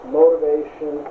motivation